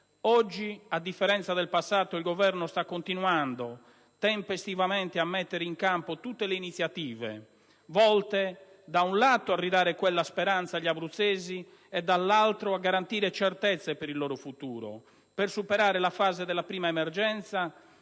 oggi, a differenza del passato, il Governo sta continuando tempestivamente a mettere in campo tutte le iniziative volte da un lato a ridare quella speranza agli abruzzesi e dall'altro a garantire certezze per il loro futuro, per superare la fase della prima emergenza